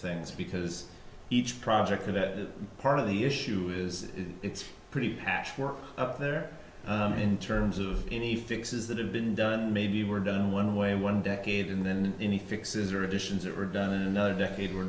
things because each project in that part of the issue is it's pretty patchwork up there in terms of any fixes that have been done maybe were done one way and one decade and then any fixes or additions that were done in another decade were